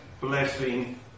blessing